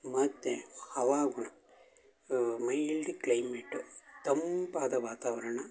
ಮತ್ತು ಹವಾಗುಣ mild climate ತಂಪಾದ ವಾತಾವರಣ